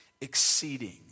Exceeding